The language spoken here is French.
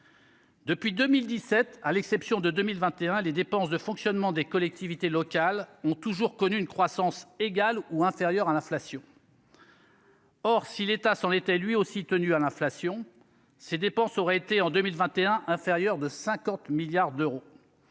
Depuis 2017, à l'exception de 2021, les dépenses de fonctionnement des collectivités locales ont toujours connu une croissance égale ou inférieure à l'inflation. Or, si l'État s'en était lui aussi tenu à l'inflation, ces dépenses auraient été en 2021 inférieur de 50 milliards d'euros